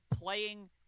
playing